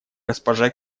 госпожа